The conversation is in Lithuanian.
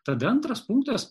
tada antras punktas